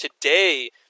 today